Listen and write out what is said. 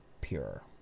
pure